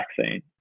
vaccine